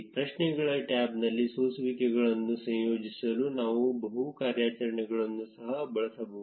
ಪ್ರಶ್ನೆಗಳ ಟ್ಯಾಬ್ನಲ್ಲಿ ಸೋಸುವಿಕೆಗಳನ್ನು ಸಂಯೋಜಿಸಲು ನಾವು ಬಹು ಕಾರ್ಯಾಚರಣೆಗಳನ್ನು ಸಹ ಬಳಸಬಹುದು